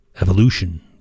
evolution